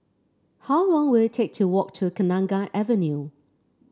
how long will it take to walk to Kenanga Avenue